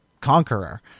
conqueror